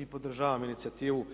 I podržavam inicijativu